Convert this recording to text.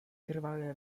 krvavé